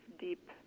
deep